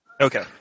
Okay